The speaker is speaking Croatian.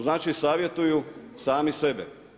Znači savjetuju sami sebe.